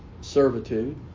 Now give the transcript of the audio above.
servitude